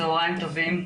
צהריים טובים,